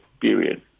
period